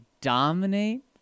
dominate